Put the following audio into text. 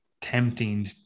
tempting